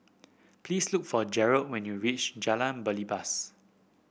please look for Jerold when you reach Jalan Belibas